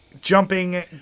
jumping